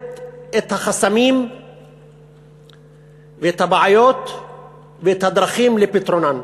ומפורטת את החסמים ואת הבעיות ואת הדרכים לפתרונן.